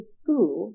school